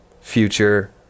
future